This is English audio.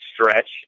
stretch